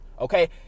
okay